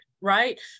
right